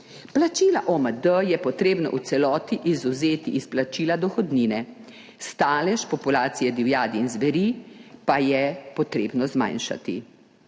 Plačila OMD je potrebno v celoti izvzeti iz plačila dohodnine. Stalež populacije divjadi in zveri pa je potrebno zmanjšati.